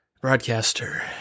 Broadcaster